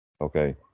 Okay